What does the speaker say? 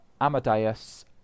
amadeus